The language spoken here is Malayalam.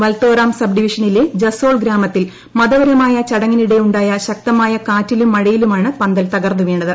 വൽത്തോറാം സബ്ഡിവിഷനിലെ ജസോൾ ഗ്രാമത്തിൽ മതപരമായ ചടങ്ങിനിടെ ഉണ്ടായ ശക്തമായ കാറ്റിലും മഴയിലുമാണ് പന്തൽ തകർന്നുവീണത്